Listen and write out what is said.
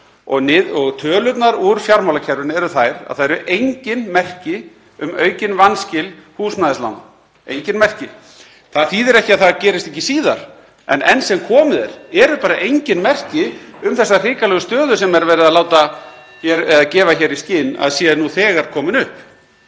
og tölurnar úr fjármálakerfinu eru þær að það eru engin merki um aukin vanskil húsnæðislána, engin merki. Það þýðir ekki að það gerist ekki síðar, en enn sem komið er eru engin merki um þá hrikalegu stöðu sem verið er að gefa hér í skyn að sé nú þegar komin upp.